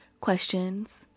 questions